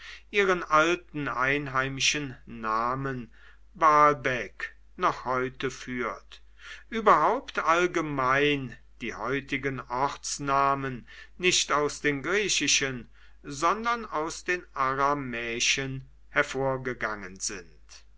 ihren uralten einheimischen namen baalbek noch heute führt überhaupt allgemein die heutigen ortsnamen nicht aus den griechischen sondern aus den aramäischen hervorgegangen sind